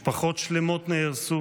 משפחות שלמות נהרסו